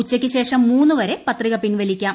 ഉച്ചയ്ക്ക് ശേഷം മൂന്ന് വരെ പത്രിക പിൻവലിക്കാം